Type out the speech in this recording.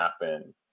happen